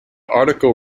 article